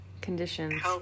conditions